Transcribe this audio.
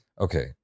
Okay